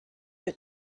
wird